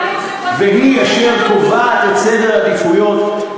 והיא אשר קובעת את סדר העדיפויות.